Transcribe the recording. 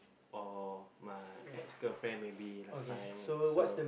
or my ex girlfriend maybe last time so